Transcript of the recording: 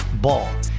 ball